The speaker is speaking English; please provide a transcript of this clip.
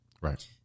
Right